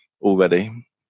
already